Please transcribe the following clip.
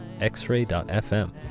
xray.fm